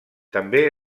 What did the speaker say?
també